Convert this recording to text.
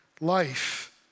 life